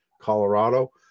Colorado